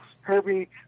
Herbie